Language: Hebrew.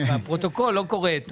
אבל הפרוטוקול לא קורא את